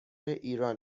ایران